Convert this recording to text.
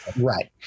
Right